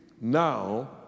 Now